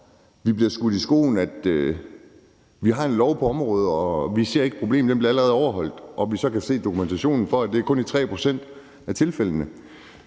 vi bliver skudt i skoene, at vi har en lov på området, og at man ikke ser problemet, for loven bliver allerede overholdt, og vi så kan se dokumentationen for, at det kun er i 3 pct. af tilfældene.